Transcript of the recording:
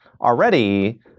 already